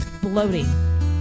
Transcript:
bloating